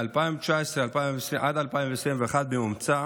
מ-2019 עד 2021, בממוצע